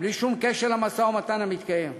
בלי שום קשר למשא-ומתן המתקיים.